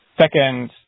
Second